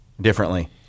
differently